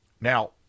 Now